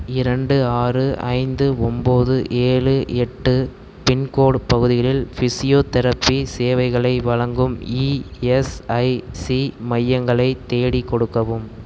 இரண்டு ஆறு ஐந்து ஒம்போது ஏழு எட்டு பின்கோடு பகுதிகளில் ஃபிசியோதெரபி சேவைகளை வழங்கும் இஎஸ்ஐசி மையங்களை தேடிக் கொடுக்கவும்